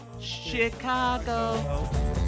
Chicago